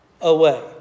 away